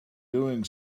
doing